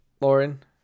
Lauren